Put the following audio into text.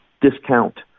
discount